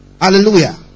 Hallelujah